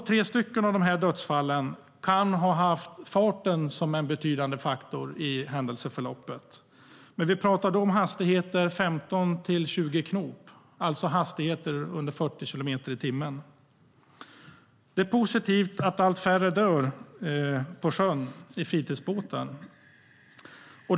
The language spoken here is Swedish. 2 eller 3 av dödsfallen kan ha haft farten som en betydande faktor i händelseförloppet. Det är positivt att allt färre dör på sjön i fritidsbåtar.